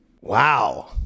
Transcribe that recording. Wow